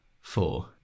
Four